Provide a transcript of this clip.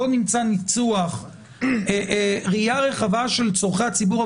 בוא נמצא ניסוח שהוא ראייה רחבה של צורכי הציבור.